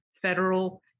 federal